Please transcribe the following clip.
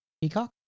Peacock